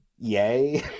Yay